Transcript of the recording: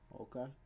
Okay